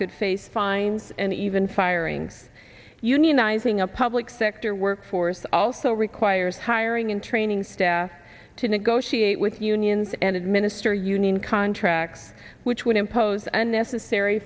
could face fines and even firings unionizing a public sector workforce also requires hiring and training staff to negotiate with unions and administer union contracts which would impose an unnecessary